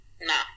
no